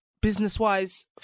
Business-wise